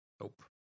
Nope